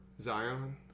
Zion